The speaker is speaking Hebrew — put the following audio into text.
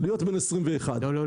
להיות בן 21. לא,